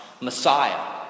Messiah